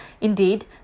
Indeed